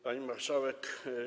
Pani Marszałek!